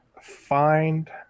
find